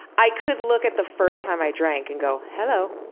i could look at the first time i drank and go hello.